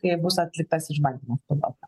kai bus atliktas išbandymo pilota